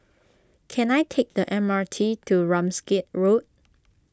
can I take the M R T to Ramsgate Road